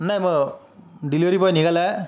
नाही मग delivery boy निघाला आहे